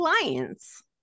clients